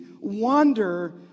wander